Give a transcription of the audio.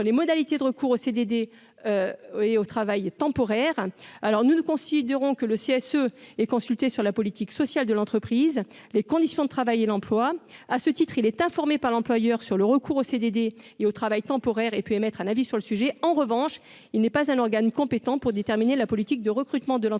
les modalités de recours au CDD et au travail temporaire, alors nous nous considérons que le CSE et consulté sur la politique sociale de l'entreprise, les conditions de travail et l'emploi, à ce titre, il est informé par l'employeur sur le recours aux CDD et au travail temporaire et puis émettre un avis sur le sujet, en revanche, il n'est pas un organe compétent pour déterminer la politique de recrutement de l'entreprise,